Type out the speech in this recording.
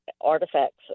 artifacts